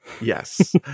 Yes